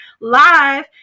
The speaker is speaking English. live